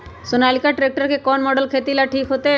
Sonalika tractor के कौन model खेती ला ठीक होतै?